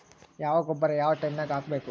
ಯಾವ ಗೊಬ್ಬರ ಯಾವ ಟೈಮ್ ನಾಗ ಹಾಕಬೇಕು?